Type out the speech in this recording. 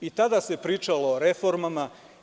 I tada se pričalo o reformama.